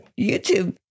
YouTube